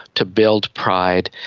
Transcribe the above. to build pride,